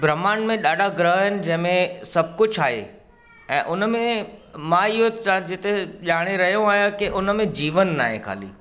ब्रह्मांड में ॾाढा ग्रह आहिनि जंहिंमें सभु कुझु आहे ऐं हुनमें मां इहो थो चवां जिते ॼाणे रहियो आयां की उनमें जीवन न आहे ख़ाली